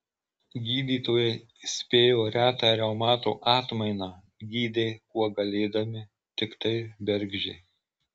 gydytojai spėjo retą reumato atmainą gydė kuo galėdami tiktai bergždžiai